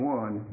one